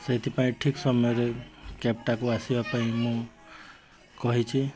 ସେଥିପାଇଁ ଠିକ୍ ସମୟରେ କ୍ୟାବ୍ଟାକୁ ଆସିବା ପାଇଁ ମୁଁ କହିଛି